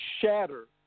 shatter